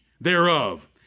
thereof